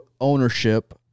ownership –